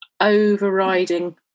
overriding